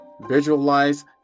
Visualize